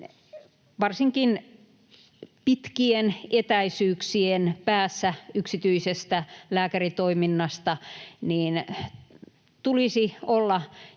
varsinkin pitkien etäisyyksien päässä yksityisestä lääkäritoiminnasta tulisi olla jatkossakin